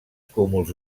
cúmuls